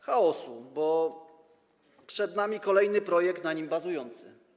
Chaosu, bo przed nami kolejny projekt na nim bazujący.